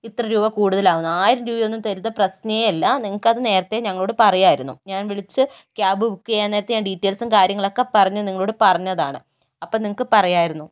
ഇത്ര രൂപ കൂടുതലാകുമെന്ന് ആയിരം രൂപയോന്നും തരുന്ന പ്രശ്നേയല്ല നിങ്ങൾക്ക് അത് നേരത്തെ ഞങ്ങളോട് പറയാരുന്നു ഞാന് വിളിച്ച് ക്യാബ് ബുക്ക് ചെയ്യാന് നേരത്ത് ഞാന് ഡീറ്റയില്സും കാര്യങ്ങളൊക്കെ പറഞ്ഞ് നിങ്ങളോട് പറഞ്ഞതാണ് അപ്പം നിങ്ങൾക്ക് പറയാമായിരുന്നു